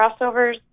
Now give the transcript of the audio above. Crossovers